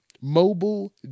Mobile